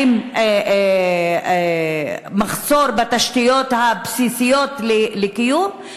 עם מחסור בתשתיות הבסיסיות לקיום,